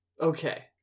okay